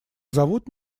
зовут